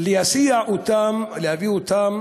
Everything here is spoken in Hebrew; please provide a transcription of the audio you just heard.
להסיע אותם, להביא אותם